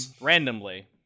Randomly